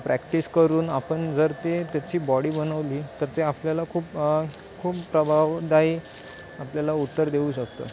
practice करून आपन जर ते त्याची बॉडी बनवली तर ते आपल्याला खूप खूप प्रभावदायी आपल्याला उत्तर देऊ शकतं